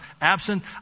absent